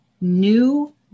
new